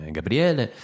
Gabriele